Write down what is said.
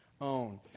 own